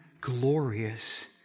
glorious